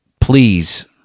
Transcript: please